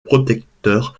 protecteur